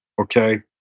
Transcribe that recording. okay